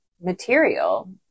material